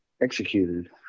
executed